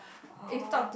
oh